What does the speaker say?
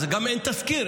אז גם אין תסקיר,